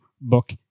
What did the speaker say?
book